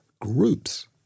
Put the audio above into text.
groups